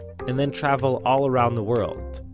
and then travel all around the world,